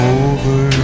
over